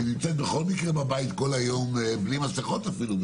שנמצאת בכל מקרה בבית כל היום בלי מסכות אפילו.